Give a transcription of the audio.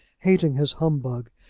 hating his humbug,